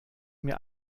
mir